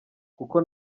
kuko